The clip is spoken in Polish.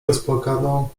rozpłakaną